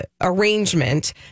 arrangement